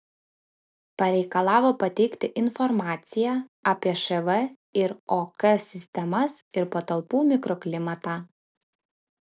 pareikalavo pateikti informaciją apie šv ir ok sistemas ir patalpų mikroklimatą